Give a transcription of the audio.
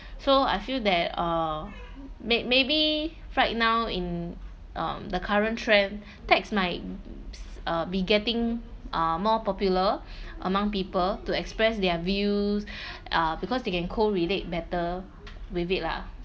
so I feel that uh may maybe right now in um the current trend text might be getting uh more popular among people to express their views uh because they can co relate better with it lah